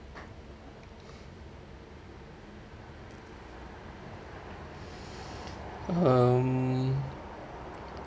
mm